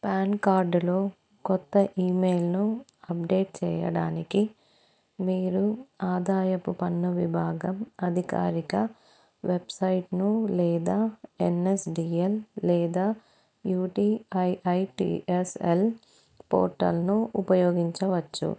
pan కార్డులో కొత్త ఇమెయిల్ను అప్డేట్ చేయడానికి మీరు ఆదాయపు పన్ను విభాగం అధికారిక వెబ్సైట్ను లేదా ఎన్ఎస్డీఎల్ లేదా యూటీఐఐటిఎస్ఎల్ పోర్టల్ను ఉపయోగించవచ్చు